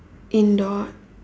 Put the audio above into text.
indoor